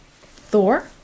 Thor